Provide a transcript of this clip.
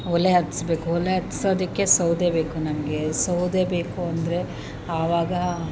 ಒಲೆ ಹೊತ್ತಿಸ್ಬೇಕು ಒಲೆ ಹೊತ್ಸೋದಕ್ಕೆ ಸೌದೆ ಬೇಕು ನಮಗೆ ಸೌದೆ ಬೇಕು ಅಂದರೆ ಆವಾಗ